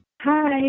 Hi